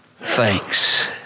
thanks